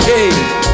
Hey